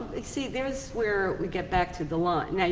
so there is where we get back to the line.